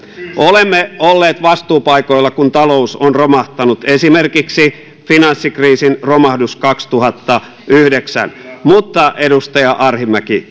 olemme olleet vastuupaikoilla kun talous on romahtanut esimerkiksi finanssikriisin romahdus kaksituhattayhdeksän mutta edustaja arhinmäki